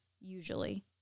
usually